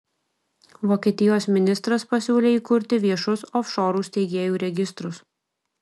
vokietijos ministras pasiūlė įkurti viešus ofšorų steigėjų registrus